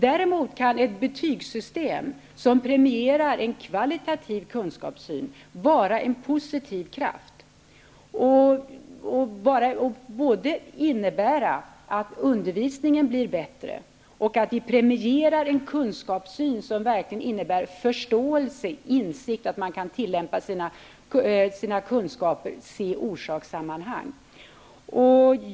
Däremot kan ett betygssystem som premierar en kvalitativ kunskapssyn vara en positiv kraft, dvs. innebära att undervisningen blir bättre och att en kunskapssyn som verkligen medför förståelse, insikt och förmåga att tillämpa kunskaper och att se orsakssammanhang premieras.